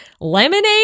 lemonade